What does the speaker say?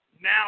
now